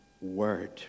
Word